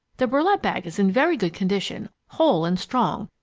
the burlap bag is in very good condition, whole and strong.